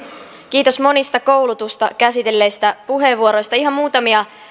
kiitos monista koulutusta käsitelleistä puheenvuoroista ihan muutamia